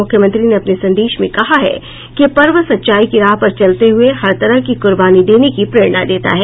मुख्यमंत्री ने अपने संदेश में कहा है कि यह पर्व सच्चाई की राह पर चलते हुये हर तरह की कुर्बानी देने की प्रेरणा देता है